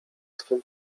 twym